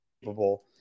capable